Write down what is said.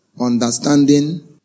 understanding